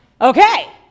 okay